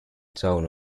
town